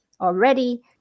already